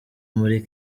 muri